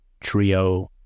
trio